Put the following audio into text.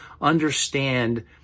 understand